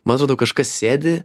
man atrodo kažkas sėdi